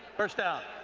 first down.